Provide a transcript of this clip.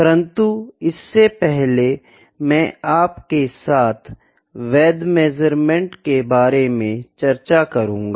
परन्तु इससे पहले मैं आपके साथ वैध मेज़रमेंट के बारे में चर्चा करुँगा